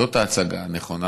זאת ההצגה הנכונה